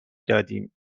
دادیم